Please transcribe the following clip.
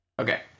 Okay